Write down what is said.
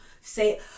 say